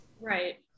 right